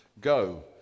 Go